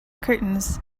curtains